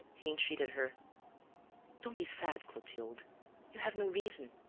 he entreated her don't be sad, clotilde you have no reason,